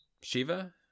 Shiva